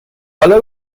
حالا